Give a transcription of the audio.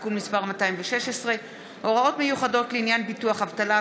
תיקון מס' 216) (הוראות מיוחדות לעניין ביטוח אבטלה),